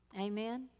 Amen